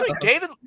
David